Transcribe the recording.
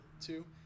two